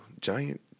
giant